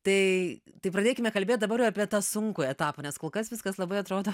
tai tai pradėkime kalbėt dabar apie tą sunkų etapą nes kol kas viskas labai atrodo